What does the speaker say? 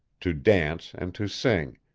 to dance and to sing,